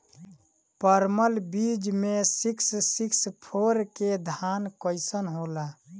परमल बीज मे सिक्स सिक्स फोर के धान कईसन होला?